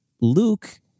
Luke